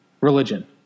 religion